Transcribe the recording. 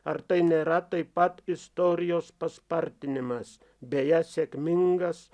ar tai nėra taip pat istorijos paspartinimas beje sėkmingas